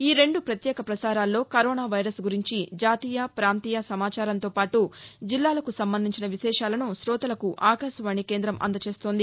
ఈ రెండు పత్యేక ప్రసారాల్లో కరోనా వైరస్ గురించి జాతీయ ప్రాంతీయ సమాచారంతోపాటు జిల్లాలకు సంబంధించిన విశేషాలను కోతలకు ఆకాశవాణి కేందం అందచేస్తోంది